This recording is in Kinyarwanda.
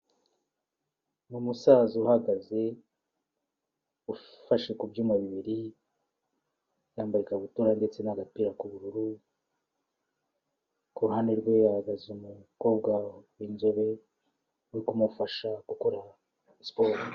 Ni umusaza uhagaze, ufashe ku byuma bibiri, yambaye ikabutura ndetse na'gapira k'ubururu, ku ruhande rwe hahagaze umukobwa w'inzobe uri kumufasha gukora siporo.